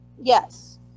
Yes